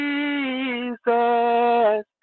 Jesus